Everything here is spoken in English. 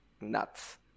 nuts